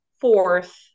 fourth